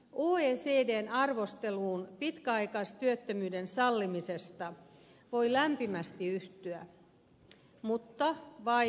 oecdn arvosteluun pitkäaikaistyöttömyyden sallimisesta voi lämpimästi yhtyä mutta vain tähän